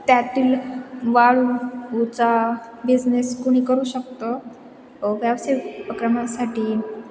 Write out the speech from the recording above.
त्यातील वाळू उचा बिझनेस कुणी करू शकतं व्यावसायिक उपक्रमासाठी